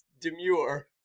demure